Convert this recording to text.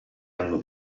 anno